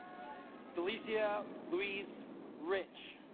delicia louise rich